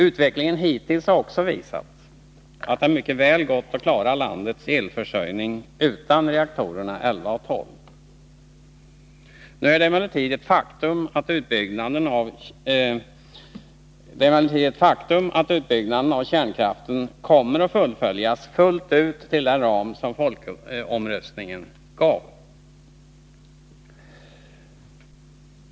Utvecklingen hittills har också visat att det mycket väl gått att klara landets elförsörjning utan reaktorerna 11 och 12. Nu är det emellertid ett faktum att utbyggnaden av kärnkraften kommer att fullföljas fullt ut till den ram som folkomröstningen gav.